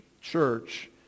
church